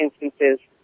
instances